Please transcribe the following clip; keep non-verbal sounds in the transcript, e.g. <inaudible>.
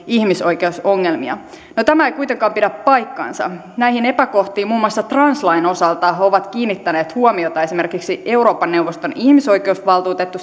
ihmisoikeusongelmia no tämä ei kuitenkaan pidä paikkaansa näihin epäkohtiin muun muassa translain osalta ovat kiinnittäneet huomiota esimerkiksi eurooppa neuvoston ihmisoikeusvaltuutettu <unintelligible>